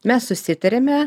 mes susitariame